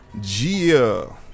gia